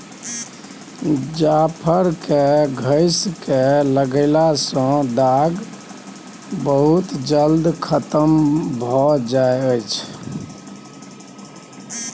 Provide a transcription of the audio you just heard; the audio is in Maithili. जाफर केँ घसि कय लगएला सँ दाग खतम भए जाई छै